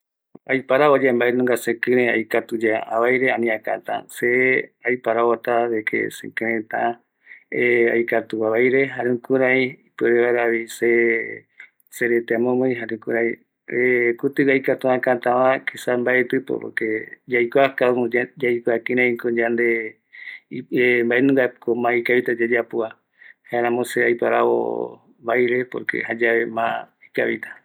aiparavo yave mbaenunga se kïrëï aikatu yave, avaire ani akata, se aiparavota de que se kïreïta aikatu avaire, jare jukurai ipuerevaeravi serete amomïi, jare kutïgui aikatu äkätäva, esa mbaetï por lo que yaikua cada uno, yaikuako yande maendungako mas ikavita yayapova, jaeramo se aiparavo vaire, por que jayave mas ikavita.